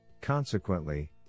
Consequently